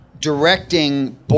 directing